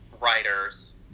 writers